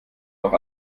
auch